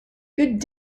good